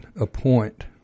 appoint –